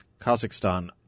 Kazakhstan